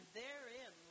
therein